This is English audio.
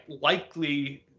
likely